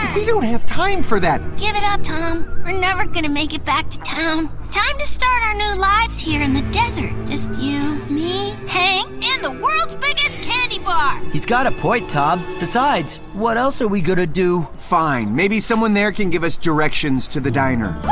we don't have time for that. give it up, tom, we're never gonna make it back to town. time to start our new lives here in the desert, just you, me, hank, and the world's biggest candy bar. he's got a point, tom, besides, what else are we gonna do? fine, maybe someone there can give us directions to the diner.